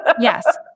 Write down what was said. yes